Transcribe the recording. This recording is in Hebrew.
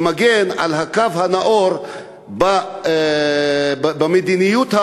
שמגן על הקו הנאור במדיניות העולמית,